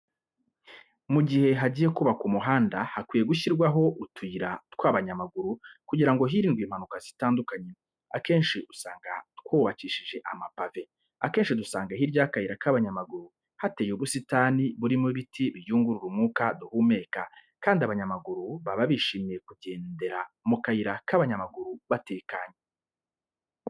Mu jyihe hajyiye kubakwa umuhanda hakwiye gushyirwaho utuyira tw'abanyamaguru kujyira ngo hirindwe impanuka zitandukanye akenci usanga twubacyishije amapave . Akenci dusanga hirya y'akayira k'abanyamaguru hateye ubusitani burimo ibiti biyungurura umwuka duhumeka kandi abanyamaguru baba bishimiye kujyendera mu kayira k'abanyamaguru batekanye.